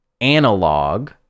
analog